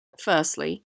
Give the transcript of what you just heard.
Firstly